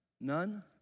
none